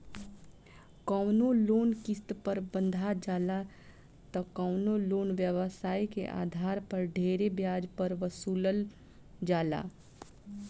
कवनो लोन किस्त पर बंधा जाला त कवनो लोन व्यवसाय के आधार पर ढेरे ब्याज पर वसूलल जाला